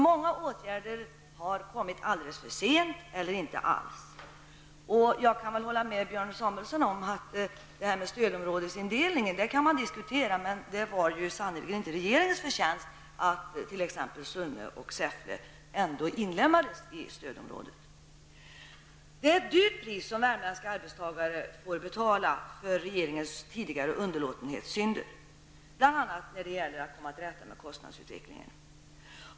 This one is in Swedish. Många åtgärder har kommit alldeles för sent eller inte alls. Stödområdesindelningen kan man diskutera, men jag kan hålla med Björn Samuelson om att det sannerligen inte var regeringens förtjänst att Sunne och Säffle ändå inlemmades i stödområdet. Det är ett högt pris som värmländska arbetstagare får betala för regeringens tidigare underlåtenhetssynder, bl.a. när det gäller att komma till rätta med kostnadsutvecklingen.